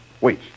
Wait